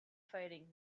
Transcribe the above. fighting